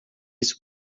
isso